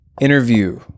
interview